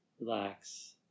relax